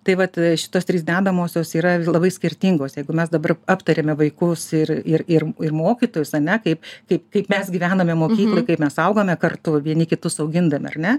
tai vat šitos trys dedamosios yra labai skirtingos jeigu mes dabar aptariame vaikus ir ir ir ir mokytojus ane kaip kaip kaip mes gyvename mokykloj kaip mes augame kartu vieni kitus augindami ar ne